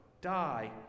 die